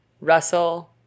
Russell